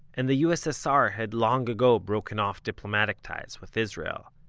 and the ussr had long ago broken off diplomatic ties with israel.